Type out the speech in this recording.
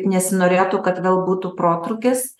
nesinorėtų kad gal būtų protrūkis